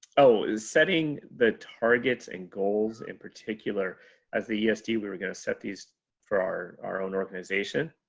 oh is setting the targets and goals in particular as the esd we were going to set these for our our own organization.